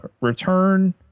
return